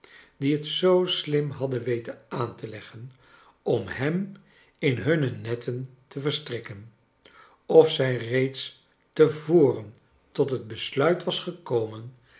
die het zoo slim hadden weten aan te leggen om hem in hunne net ten te verstrikken of zij reeds te voren tot het besluit was gekomen